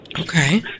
Okay